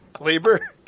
labor